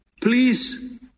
please